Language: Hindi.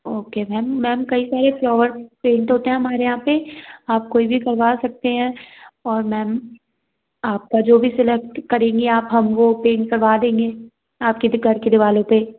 ओके मैम मैम कई सारे फ्लाेवर पेंट होते हैं हमारे यहाँ पर आप कोई भी करवा सकते हैं और मैम आपका जो भी सेलेक्ट करेंगी आप हम वो पेंट करवा देंगे आपके घर के दिवारों पर